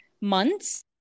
months